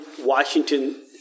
Washington